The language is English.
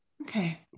okay